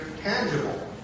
tangible